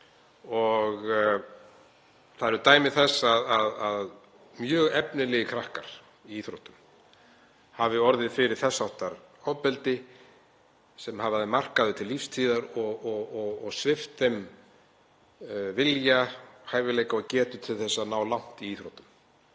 Það eru dæmi þess að mjög efnilegir krakkar í íþróttum hafi orðið fyrir þess háttar ofbeldi sem hafi markað þau til lífstíðar og svipt þau vilja, hæfileika og getu til þess að ná langt í íþróttum.